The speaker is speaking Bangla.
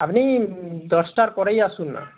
আপনি দশটার পরেই আসুন না